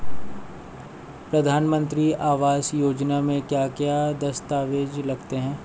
प्रधानमंत्री आवास योजना में क्या क्या दस्तावेज लगते हैं?